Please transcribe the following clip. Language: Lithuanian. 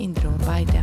indrė urbaitė